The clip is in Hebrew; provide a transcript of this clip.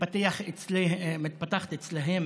מתפתחת אצלם